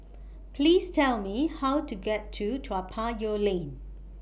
Please Tell Me How to get to Toa Payoh Lane